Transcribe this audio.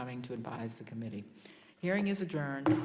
coming to advise the committee hearing is a journey